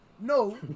No